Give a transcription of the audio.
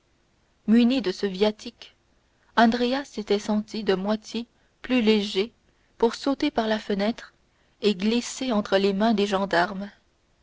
muni de ce viatique andrea s'était senti de moitié plus léger pour sauter par la fenêtre et glisser entre les mains des gendarmes